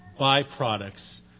byproducts